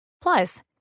Plus